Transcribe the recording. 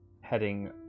heading